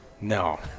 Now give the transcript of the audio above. No